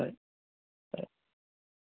సరే సరే